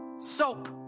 Soap